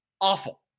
awful